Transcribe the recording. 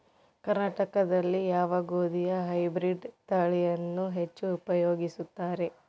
ಕರ್ನಾಟಕದಲ್ಲಿ ಯಾವ ಗೋಧಿಯ ಹೈಬ್ರಿಡ್ ತಳಿಯನ್ನು ಹೆಚ್ಚು ಉಪಯೋಗಿಸುತ್ತಾರೆ?